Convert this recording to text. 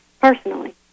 personally